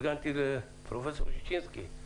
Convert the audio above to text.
פרגנתי לפרופ' ששינסקי.